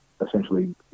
essentially